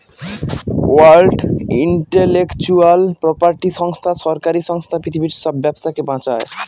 world intellectual property সংস্থা সরকারি সংস্থা পৃথিবীর সব ব্যবসাকে বাঁচায়